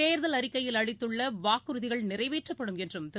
தேர்தல் அறிக்கையில் அளித்துள்ளவாக்குறுதிகள் நிறைவேற்றப்படும் என்றும் திரு